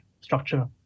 structure